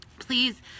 Please